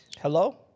Hello